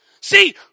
See